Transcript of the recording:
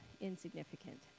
insignificant